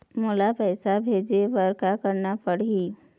मोला पैसा भेजे बर का करना पड़ही?